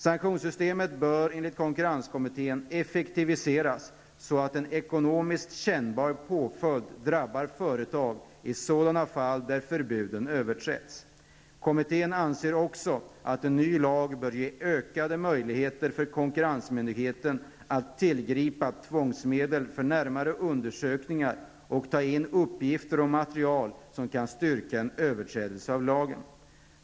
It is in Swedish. Sanktionssystemet bör enligt konkurrenskommittén effektiviseras, så att en ekonomiskt kännbar påföljd drabbar företag i sådana fall där förbuden överträtts. Kommittén anser också att en ny lag bör ge ökade möjligheter för konkurrensmyndigheten att tillgripa tvångsmedel för närmare undersökningar och att ta in uppgifter och material som kan styrka en överträdelse av lagen.